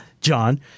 John